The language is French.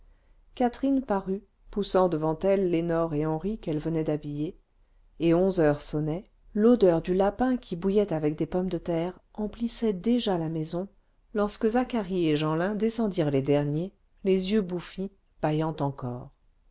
catherine parut poussant devant elle lénore et henri qu'elle venait d'habiller et onze heures sonnaient l'odeur du lapin qui bouillait avec des pommes de terre emplissait déjà la maison lorsque zacharie et jeanlin descendirent les derniers les yeux bouffis bâillant encore